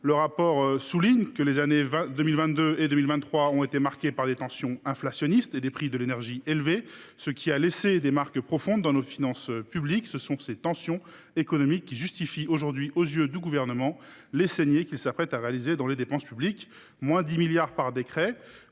Le rapport souligne que les années 2022 et 2023 ont été marquées par des tensions inflationnistes et des prix de l’énergie élevés, ce qui a laissé des marques profondes sur nos finances publiques. Ce sont ces tensions économiques qui justifient aujourd’hui, aux yeux du Gouvernement, les saignées qu’il s’apprête à réaliser dans les dépenses publiques : –10 milliards d’euros par décret